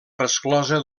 resclosa